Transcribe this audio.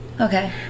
Okay